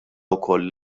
wkoll